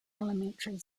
elementary